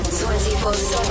24-7